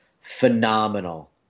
phenomenal